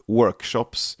workshops